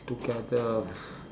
together